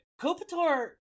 Kopitar